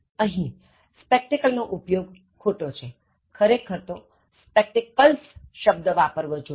અહીં spectacle નો ઉપયોગ ખોટો છેખરેખર તો spectacles શબ્દ વાપરવો જોઇએ